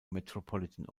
metropolitan